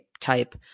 type